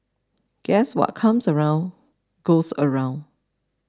guess what comes around goes around